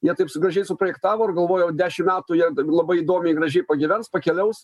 jie taip gražiai suprojektavo ir galvojau dešimt metų jie labai įdomiai gražiai pagyvens pakeliaus